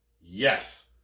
yes